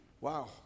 Wow